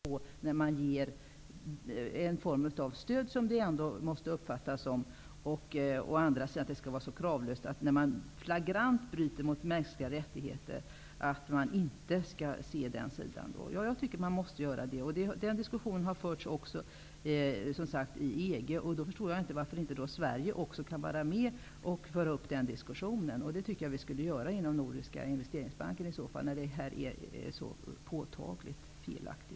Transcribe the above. Herr talman! Jag tycker ändå att man skall kunna ställa dessa krav. Det gjorde ju Holland när det gällde IGGI. Varför skulle inte också vi kunna framhålla sådana krav? Holland finns inte med i det nybildade CGI. Inom EG kom det också upp en diskussion om att man inte kan se separat på frågan att denna form av stöd -- som det ändå måste uppfattas som -- skall vara kravlöst, när mottagarländerna så flagrant bryter mot mänskliga rättigheter. Jag tycker att detta måste beaktas. Eftersom denna diskussion har förts inom EG, förstår jag inte varför Sverige inte kan ta upp en sådan diskussion i Nordiska investeringsbanken. Brotten mot mänskliga rättigheter är ju så uppenbara.